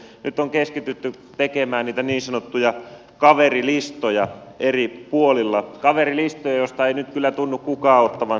nyt on keskitytty tekemään niitä niin sanottuja kaverilistoja eri puolilla kaverilistoja joista ei nyt kyllä tunnu kukaan ottavan selvää